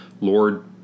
Lord